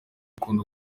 akunda